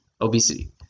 obesity